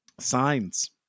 signs